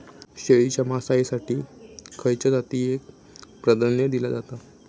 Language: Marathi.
शेळीच्या मांसाएसाठी खयच्या जातीएक प्राधान्य दिला जाता?